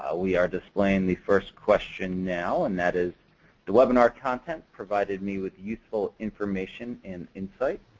ah we are displaying the first question now and that is the webinar content provided me with useful information and insight?